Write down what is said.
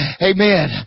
Amen